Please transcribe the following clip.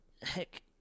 heck